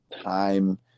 time